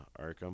Arkham